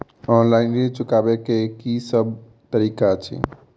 Online ऋण चुकाबै केँ की सब तरीका अछि?